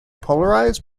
polarized